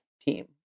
team